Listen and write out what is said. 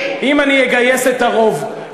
אם אני אגייס את הרוב,